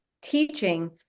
teaching